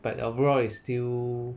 but overall it's still